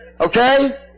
okay